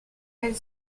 elle